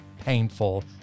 painful